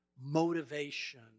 motivation